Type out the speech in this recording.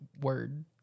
Word